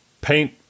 paint